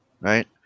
right